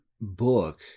book